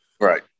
Right